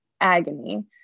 agony